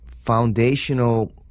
foundational